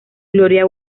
gloria